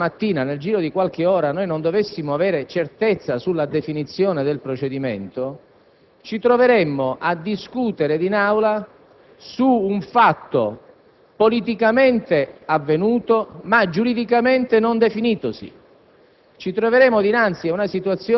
Presidente, ove nella mattina, nel giro di qualche ora, non dovessimo avere certezza sulla definizione del procedimento, ci troveremmo a discutere in Aula di un fatto politicamente avvenuto, ma giuridicamente non definitosi.